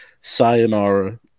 Sayonara